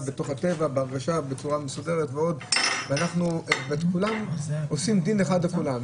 בטבע בצורה מסודרת ועושים דין אחד לכולם.